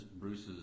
Bruce's